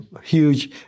huge